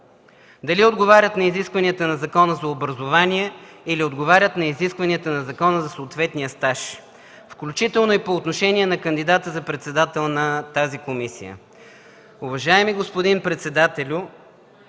дали отговарят на изискванията на Закона за образование или отговарят на изискванията на закона за съответния стаж, включително и по отношение на кандидата за председател на тази комисия.